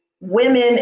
women